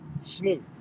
smooth